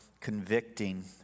convicting